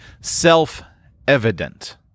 self-evident